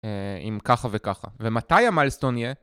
אם ככה וככה. ומתי המיילסטון יהיה?